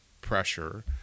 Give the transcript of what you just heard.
pressure